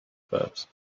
first